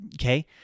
Okay